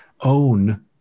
own